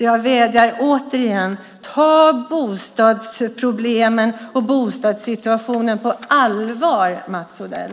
Jag vädjar därför återigen: Ta bostadsproblemen och bostadssituationen på allvar, Mats Odell!